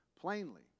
plainly